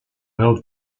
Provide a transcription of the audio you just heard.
well